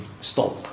stop